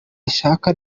rishasha